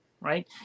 right